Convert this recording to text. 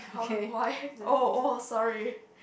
why oh oh sorry